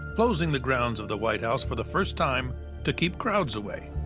closing the grounds of the white house for the first time to keep crowds away.